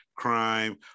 crime